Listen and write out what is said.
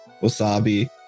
Wasabi